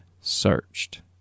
searched